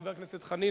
חבר הכנסת חנין,